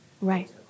Right